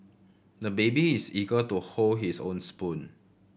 the baby is eager to hold his own spoon